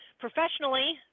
Professionally